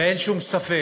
ואין שום ספק